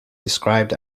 described